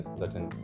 certain